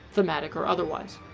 thematic or otherwise.